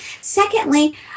Secondly